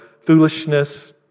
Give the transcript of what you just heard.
foolishness